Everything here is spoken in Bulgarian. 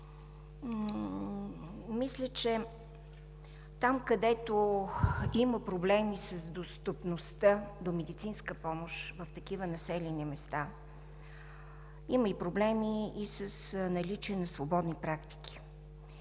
мисля, че там, където има проблеми с достъпността до медицинска помощ, в такива населени места има проблеми и с наличие на свободни практики.